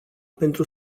pentru